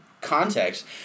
context